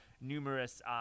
numerous